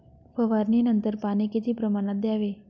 फवारणीनंतर पाणी किती प्रमाणात द्यावे?